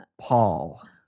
Paul